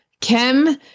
Kim